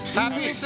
happy